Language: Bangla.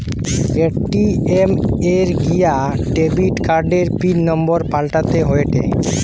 এ.টি.এম এ গিয়া ডেবিট কার্ডের পিন নম্বর পাল্টাতে হয়েটে